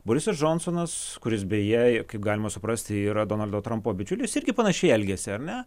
borisas džonsonas kuris beje kaip galima suprasti yra donaldo trampo bičiulis irgi panašiai elgiasi ar ne